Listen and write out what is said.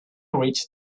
reached